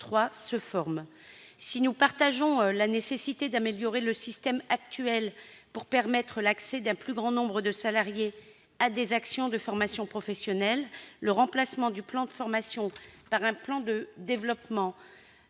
se forme. Si nous partageons la nécessité d'améliorer le système actuel pour permettre l'accès d'un plus grand nombre de salariés à des actions de formation professionnelle, le remplacement du plan de formation par un plan de développement